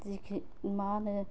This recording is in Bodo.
जिखि मा होनो